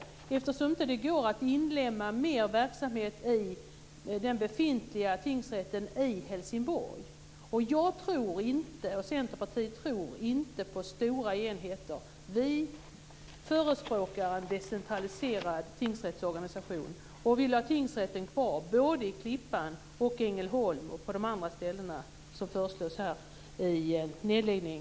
Det går inte att inlemma mer verksamhet i den befintliga tingsrätten i Helsingborg. Jag och Centerpartiet tror inte på stora enheter. Vi förespråkar en decentraliserad tingsrättsorganisation. Vi vill ha tingsrätten kvar i Klippan, i Ängelholm och på de andra ställen där man i betänkandet föreslår en nedläggning.